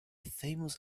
famous